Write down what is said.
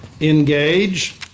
engage